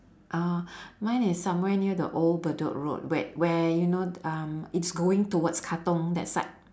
uh mine is somewhere near the old bedok road where where you know um it's going towards katong that side